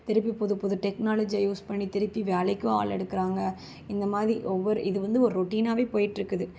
திருப்பி புதுப்புது டெக்னாலஜியை யூஸ் பண்ணி திருப்பி வேலைக்கும் ஆள் எடுக்குறாங்கள் இந்தமாதிரி ஒவ்வொரு இதுவந்து ஒரு ரொட்டினாகவே போயிகிட்ருக்குது